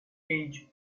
age